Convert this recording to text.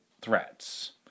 threats